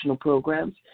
programs